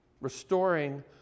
restoring